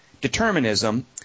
determinism